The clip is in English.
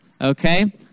Okay